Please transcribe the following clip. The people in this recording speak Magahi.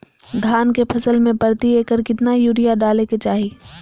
धान के फसल में प्रति एकड़ कितना यूरिया डाले के चाहि?